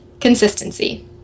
Consistency